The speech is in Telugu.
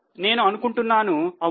నేను అనుకుంటున్నాను అవును